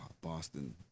Boston